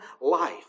life